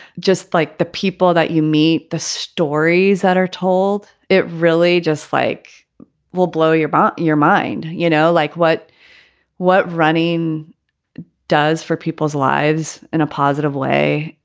just like the people that you meet, the stories that are told. it really just like will blow your bar, your mind, you know, like what what running does for people's lives in a positive way.